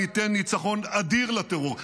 ניתן ניצחון אדיר לטרור,